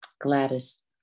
Gladys